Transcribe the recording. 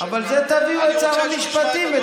אני רוצה שהוא ישמע